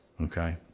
Okay